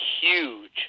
huge